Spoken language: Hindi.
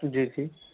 जी जी